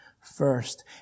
first